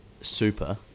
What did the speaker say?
super